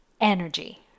energy